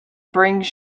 brings